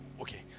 okay